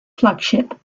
flagship